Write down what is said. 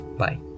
bye